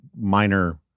minor